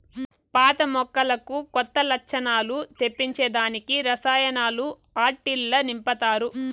పాత మొక్కలకు కొత్త లచ్చణాలు తెప్పించే దానికి రసాయనాలు ఆట్టిల్ల నింపతారు